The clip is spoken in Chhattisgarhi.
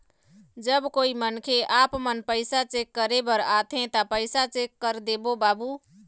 जब कोई मनखे आपमन पैसा चेक करे बर आथे ता पैसा चेक कर देबो बाबू?